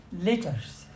letters